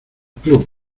club